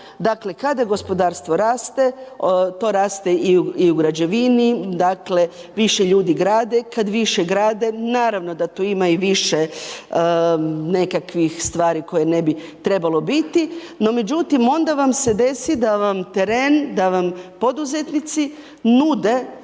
Dakle, kada gospodarstvo raste, to raste i u građevini, dakle više ljudi grade, kad više grade naravno da tu ima i više nekakvih stvari koje ne bi trebalo biti no međutim onda vam se desi da vam teren, da van poduzetnici nude